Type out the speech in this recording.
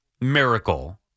miracle